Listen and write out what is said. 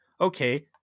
okay